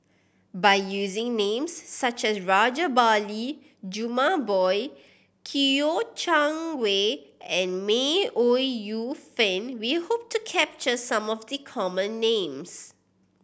by using names such as Rajabali Jumabhoy Kouo Shang Wei and May Ooi Yu Fen we hope to capture some of the common names